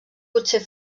potser